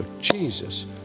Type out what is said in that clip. Jesus